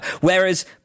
Whereas